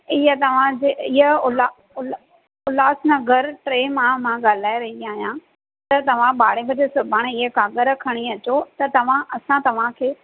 इहां तव्हांजे इहा उल उल उल्हासनगर टे मां मां ॻाल्हए रही आहियां त तव्हां ॿारहें बजे सुभाणे इअं काॻर खणी अचो त तव्हां असां तव्हांखे